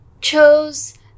chose